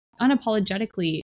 unapologetically